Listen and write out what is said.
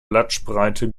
blattspreite